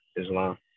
Islam